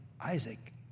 Isaac